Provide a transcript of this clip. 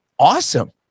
Awesome